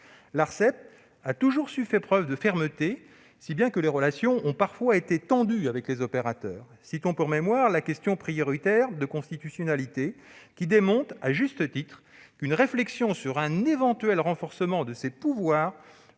L'Arcep a toujours su faire preuve de fermeté, si bien que les relations ont parfois été tendues avec les opérateurs. Citons, pour mémoire, la question prioritaire de constitutionnalité, qui démontre, à juste titre, qu'une réflexion sur un éventuel renforcement de ses pouvoirs